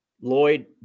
Lloyd